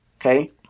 Okay